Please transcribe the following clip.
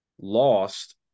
lost